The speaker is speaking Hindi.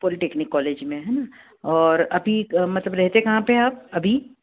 पॉलीटेक्नीक कॉलेज में है ना और अभी मतलब रहते कहाँ पर हैं आप अभी